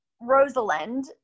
Rosalind